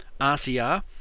RCR